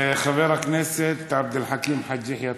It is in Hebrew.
חבר הכנסת עבד אל חכים חאג' יחיא.